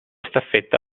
staffetta